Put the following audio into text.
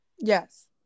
Yes